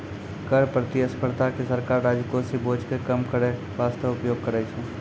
कर प्रतिस्पर्धा के सरकार राजकोषीय बोझ के कम करै बासते उपयोग करै छै